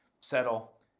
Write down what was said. settle